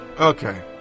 Okay